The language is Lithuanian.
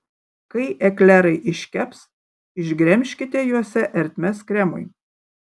kai eklerai iškeps išgremžkite juose ertmes kremui